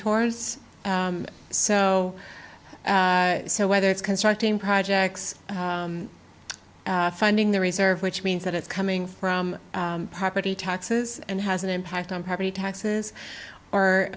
towards so so whether it's constructing projects finding the reserve which means that it's coming from property taxes and has an impact on property taxes or